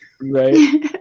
right